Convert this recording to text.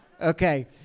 Okay